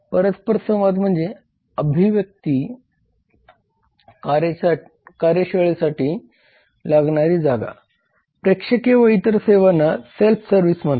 परस्पर संवाद म्हणजे अभिव्यक्ती कार्यशाळेसाठी लागणारी जागा प्रेक्षके व इतर सेवांना सेल्फ सर्विस म्हणतात